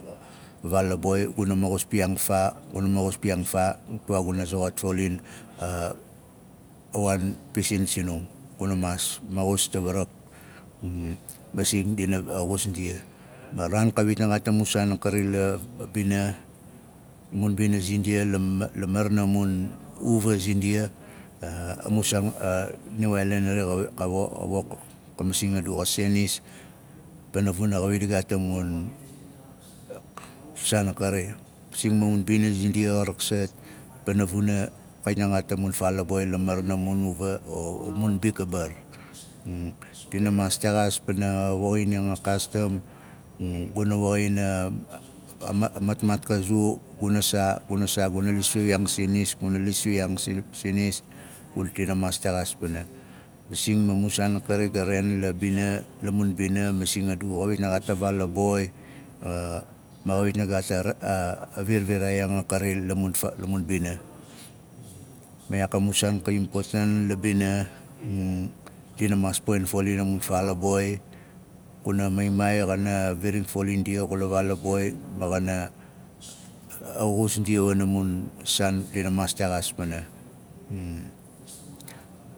La vaal a boi guna maxus piyaang faa guna maxus piyaang faa. Tuwaa guna zoxot fauling a waan pisin sinum. Guna maas maxus tawarak masing dina maas xus ndia a raan kawit na gaat a mun saan a kari a mun a ubina bari kawit ka di rexaazin a mun farfina naandi xawit ka di rexaazin nduwaana naandi dit naxaam adu naandi bexa di woxin a mun saan ka raksat ka waan sina num laain sinaandi vaatak ma a za zaan saai ga ren lavaal a boi dina mas gaat pana vuna a maimaai xana maas dador zindia wana a stroi zindia imumuwa xa naaf naambari dina maas texaazin dina maas texaazin a histari zindia nu gu wat masing faa ma gu wat balas la bina kanaan